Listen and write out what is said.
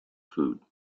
food